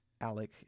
Alec